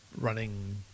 running